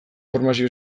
formazio